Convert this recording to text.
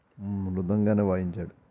మృదంగాన్ని వాయించాడు